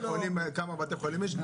כמה בתי חולים יש,